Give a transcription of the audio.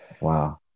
wow